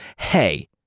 Hey